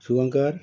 Shubhankar